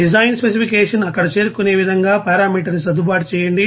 design specification అక్కడ చేరుకునే విధంగా పరామీటర్ ని సర్దుబాటు చేయండి